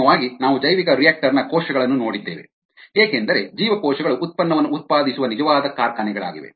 ಅಂತಿಮವಾಗಿ ನಾವು ಜೈವಿಕರಿಯಾಕ್ಟರ್ ನ ಕೋಶಗಳನ್ನು ನೋಡಿದ್ದೇವೆ ಏಕೆಂದರೆ ಜೀವಕೋಶಗಳು ಉತ್ಪನ್ನವನ್ನು ಉತ್ಪಾದಿಸುವ ನಿಜವಾದ ಕಾರ್ಖಾನೆಗಳಾಗಿವೆ